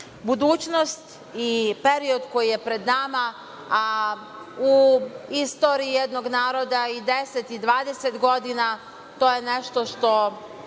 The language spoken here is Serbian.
budućnost i period koji je pred nama, a u istoriji jednog naroda i 10 i 20 godina to je nešto što